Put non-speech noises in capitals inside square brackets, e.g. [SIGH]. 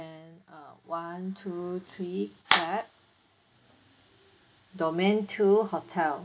and uh one two three clap [NOISE] domain two hotel